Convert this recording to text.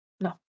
No